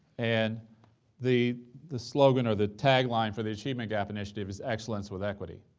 and the the slogan or the tagline for the achievement gap initiative is excellence with equity.